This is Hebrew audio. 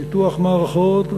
ניתוח מערכות,